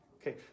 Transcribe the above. Okay